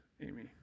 Amy